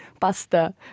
pasta